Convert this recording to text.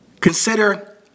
Consider